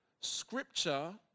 scripture